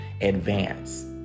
advance